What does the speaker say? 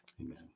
Amen